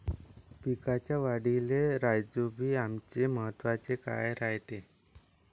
पिकाच्या वाढीले राईझोबीआमचे महत्व काय रायते?